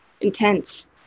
intense